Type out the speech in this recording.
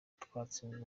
twatsinzwe